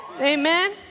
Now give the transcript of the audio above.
Amen